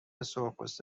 سرخپوست